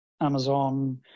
Amazon